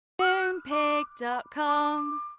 Moonpig.com